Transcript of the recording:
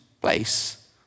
place